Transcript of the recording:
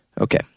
Okay